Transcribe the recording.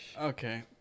Okay